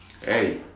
Hey